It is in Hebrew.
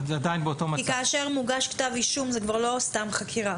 כי כאשר מוגש כתב אישום זה כבר לא סתם חקירה,